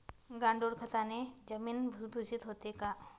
गांडूळ खताने जमीन भुसभुशीत होते का?